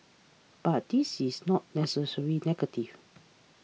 but this is not necessarily negative